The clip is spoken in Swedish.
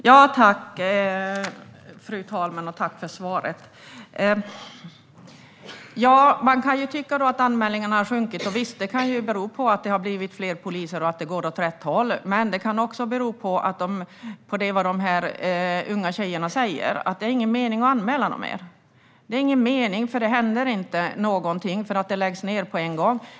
Fru talman! Tack för svaret! Ja, man kan tycka att antalet anmälningar har sjunkit. Visst, det kan bero på att det har blivit fler poliser och att det går åt rätt håll. Men det kan också bero på det som de unga tjejerna säger: Det är ingen mening med att anmäla längre. Det är ingen mening, för det händer ingenting. Det läggs ned på en gång.